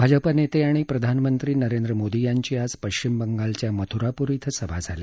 भाजपा नेते आणि प्रधानमंत्री नरेंद्र मोदी यांची आज पश्चिम बंगालच्या मथुरापूर इथं सभा झाली